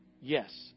Yes